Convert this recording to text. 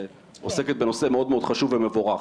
שעוסקת בנושא מאוד מאוד חשוב ומבורך